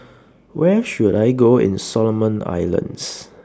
Where should I Go in Solomon Islands